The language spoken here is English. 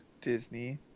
Disney